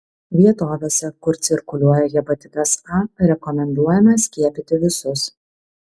vietovėse kur cirkuliuoja hepatitas a rekomenduojama skiepyti visus